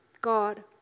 God